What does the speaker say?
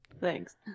thanks